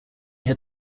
had